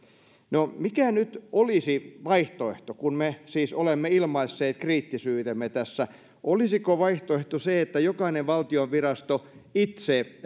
no mikä nyt olisi vaihtoehto kun me siis olemme ilmaisseet kriittisyytemme tässä olisiko vaihtoehto se että jokainen valtion virasto itse